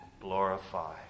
glorify